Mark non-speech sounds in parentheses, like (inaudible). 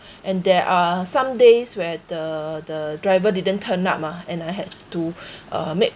(breath) and there are some days where the the driver didn't turn up ah and I had to (breath) uh make